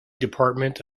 department